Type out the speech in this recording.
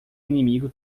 inimigo